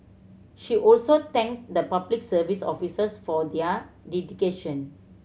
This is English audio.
she also thanked the Public Service officers for their dedication